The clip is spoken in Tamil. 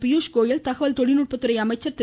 பியூஷ் கோயல் தகவல் தொழில்நுட்ப துறை அமைச்சர் திரு